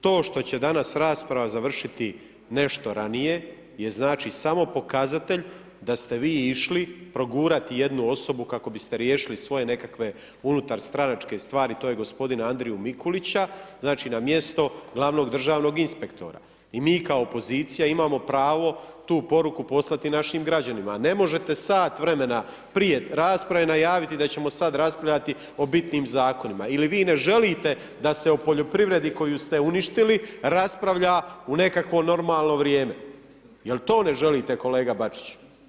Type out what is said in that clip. To što će danas rasprava završiti nešto ranije je znači samo pokazatelj da ste vi išli progurati jednu osobu kako biste riješili svoje nekakve unutarstranačke stvari, tj. g. Andriju Mikulića znači na mjesto glavnog državnog inspektora i mi kao pozicija imamo pravo tu poruku poslati našim građanima a ne možete sat vremena prije rasprave najaviti da ćemo sad raspravljati o bitnim zakonima ili vi ne želite da se o poljoprivredi koju ste uništili, raspravlja u nekakvo normalno vrijeme, jel to ne želite kolega Bačić?